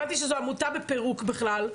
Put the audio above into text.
הבנתי שזו עמותה בפירוק בכלל.